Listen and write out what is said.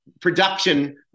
production